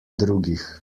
drugih